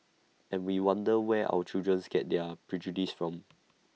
and we wonder where our children get their prejudices from